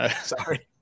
Sorry